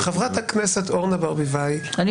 חברת הכנסת אורנה ברביבאי --- אגב,